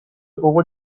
over